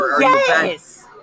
Yes